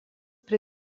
prie